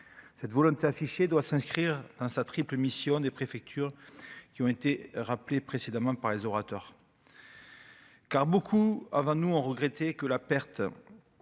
cette volonté affichée doit s'inscrire hein sa triple mission des préfectures qui ont été rappelés précédemment par les orateurs, car beaucoup avant nous ont regretté que la perte